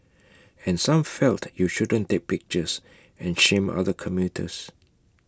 and some felt you shouldn't take pictures and shame other commuters